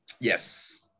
Yes